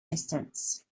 distance